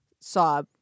saw